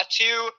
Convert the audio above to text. two